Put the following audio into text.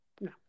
no